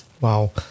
Wow